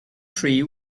tree